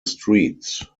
streets